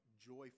joyful